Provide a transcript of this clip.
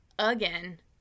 Again